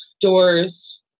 doors